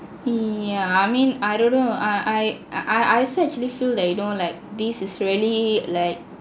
yeah I mean I don't know I I I I also actually feel that you know like this is really like